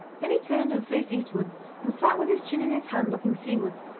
then he turned and faced eastwards and sat with his chin in his hand looking seawards,